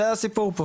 זה היה הסיפור פה.